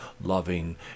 loving